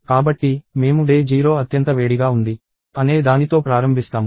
కాబట్టి మేము డే 0 అత్యంత వేడిగా ఉంది అనే దానితో ప్రారంభిస్తాము